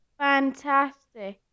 fantastic